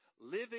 Living